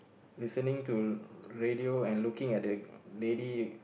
listening to radio and looking at the lady